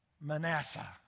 Manasseh